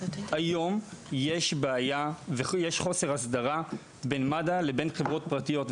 היום יש בעיה וחוסר הסדרה בין מד"א לבין חברות פרטיות.